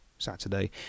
Saturday